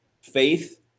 Faith